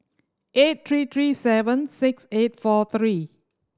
eight three three seven six eight four three